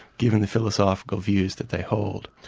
given the philosophical views that they hold.